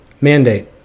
mandate